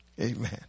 Amen